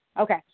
Okay